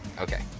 Okay